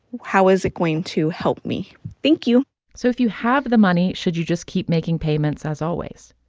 how is it going to help me? thank you so if you have the money, should you just keep making payments as always?